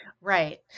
Right